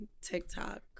TikTok